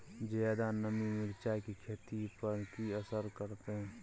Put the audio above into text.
ज्यादा नमी मिर्चाय की खेती पर की असर करते?